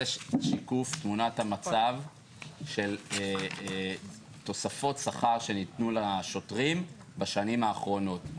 זה שיקוף תמונת המצב של תוספות שכר שניתנו לשוטרים בשנים האחרונות.